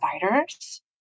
providers